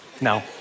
no